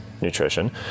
nutrition